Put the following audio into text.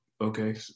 Okay